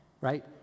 right